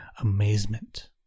amazement